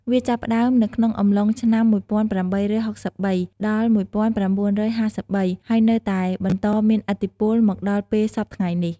វាចាប់ផ្ដើមនៅក្នុងអំឡុងឆ្នាំ ១៨៦៣ ដល់ ១៩៥៣ ហើយនៅតែបន្តមានឥទ្ធិពលមកដល់ពេលសព្វថ្ងៃនេះ។